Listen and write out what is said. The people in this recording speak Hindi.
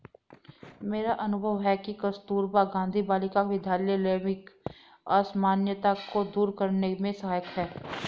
मेरा अनुभव है कि कस्तूरबा गांधी बालिका विद्यालय लैंगिक असमानता को दूर करने में सहायक है